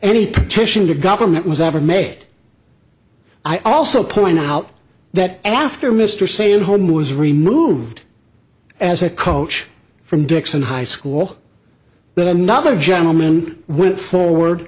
tension to government was ever made i also point out that after mr say in one was removed as a coach from dixon high school that another gentleman went forward